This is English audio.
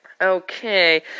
Okay